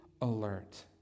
alert